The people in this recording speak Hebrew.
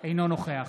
אינו נוכח